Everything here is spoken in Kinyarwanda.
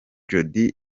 jody